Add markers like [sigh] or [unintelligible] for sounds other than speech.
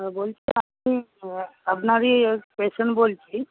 বলছি [unintelligible] আপনারই পেশেন্ট বলছি